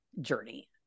journey